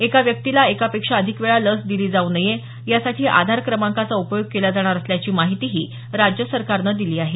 एका व्यक्तीला एकापेक्षा अधिक वेळा लस दिली जाऊ नये यासाठी आधार क्रमांकाचा उपयोग केला जाणार असल्याची माहितीही राज्य सरकारनं दिली आहे